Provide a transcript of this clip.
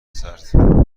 سرد